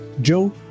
Joe